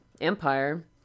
Empire